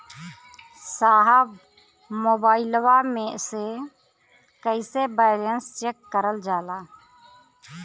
साहब मोबइलवा से कईसे बैलेंस चेक करल जाला?